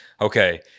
Okay